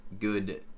good